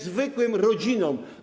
zwykłym rodzinom.